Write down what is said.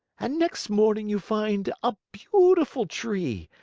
and next morning you find a beautiful tree,